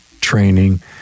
training